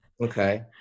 Okay